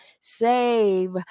save